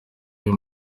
uyu